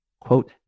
quote